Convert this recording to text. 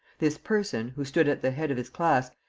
this person, who stood at the head of his class,